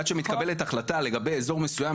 עד שמתקבלת החלטה לגבי אזור מסוים